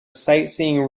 sightseeing